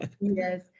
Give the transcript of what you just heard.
Yes